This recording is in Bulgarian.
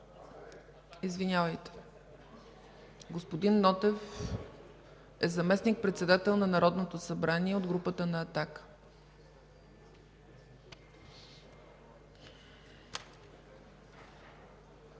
на „Атака”. Господин Нотев – заместник-председател на Народното събрание от групата на